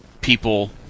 people